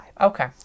Okay